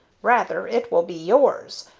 rather, it will be yours,